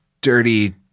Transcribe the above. dirty